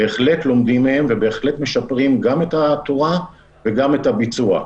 בהחלט לומדים מהם ובהחלט משפרים גם את התורה וגם את הביצוע.